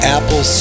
Apple